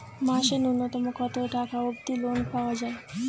মাসে নূন্যতম কতো টাকা অব্দি লোন পাওয়া যায়?